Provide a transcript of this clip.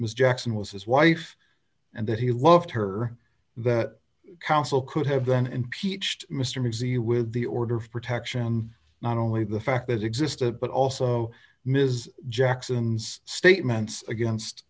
mr jackson was his wife and that he loved her that counsel could have been impeached mr muzi with the order of protection not only the fact that existed but also ms jackson's statements against